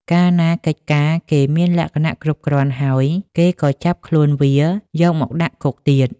កាលណាកិច្ចការគេមានលក្ខណៈគ្រប់គ្រាន់ហើយ គេក៏ចាប់ខ្លួនវាយកមកដាក់គុកទៀត ។